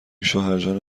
شوهرجان